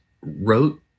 wrote